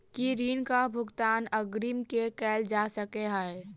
की ऋण कऽ भुगतान अग्रिम मे कैल जा सकै हय?